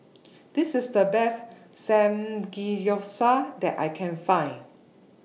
This IS The Best Samgeyopsal that I Can Find